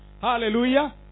Hallelujah